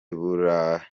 burakenewe